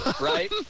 right